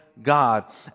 God